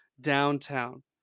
downtown